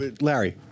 Larry